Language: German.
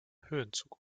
höhenzug